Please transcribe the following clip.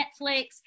netflix